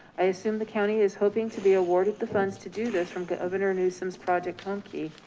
i assume the county is hoping to be awarded the funds to do this from governor newsom's project home key.